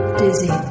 dizzy